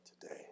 today